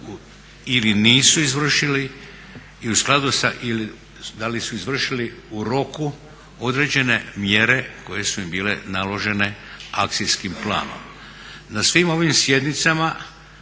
ili nisu izvršili i u skladu sa da li su izvršili u roku određene mjere koje su im bile naložene akcijskim planom. Na svim ovim sjednicama